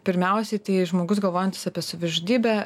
pirmiausiai tai žmogus galvojantis apie savižudybę